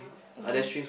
okay